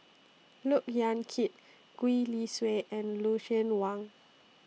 Look Yan Kit Gwee Li Sui and Lucien Wang